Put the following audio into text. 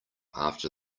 after